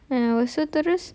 ah so terus